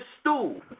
stool